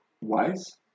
wise